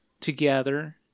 together